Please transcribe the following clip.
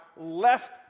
left